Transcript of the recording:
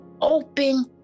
open